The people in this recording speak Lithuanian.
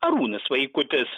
arūnas vaikutis